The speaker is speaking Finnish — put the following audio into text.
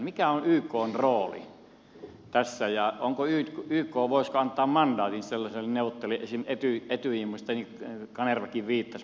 mikä on ykn rooli tässä ja voisiko yk antaa mandaatin sellaiselle neuvottelijalle esimerkiksi etyjille mihin kanervakin viittasi